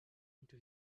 into